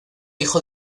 hijo